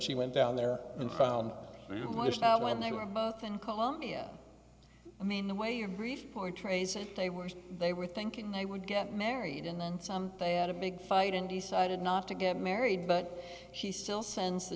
she went down there and found out when they were both in colombia i mean the way your brief portrays and they were they were thinking they would get married and then something had a big fight and decided not to get married but she still s